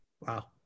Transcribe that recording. Wow